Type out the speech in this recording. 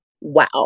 wow